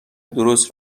درست